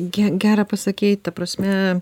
ge gerą pasakei ta prasme